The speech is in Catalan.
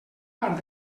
part